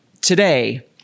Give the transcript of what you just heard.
today